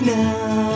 now